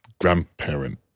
grandparent